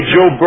Joe